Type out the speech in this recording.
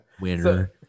Winner